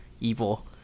evil